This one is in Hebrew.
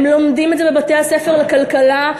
הם לומדים את זה בבתי-הספר לכלכלה,